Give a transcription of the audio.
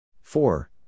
four